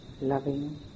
loving